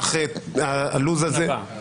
הבא?